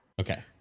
okay